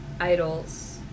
idols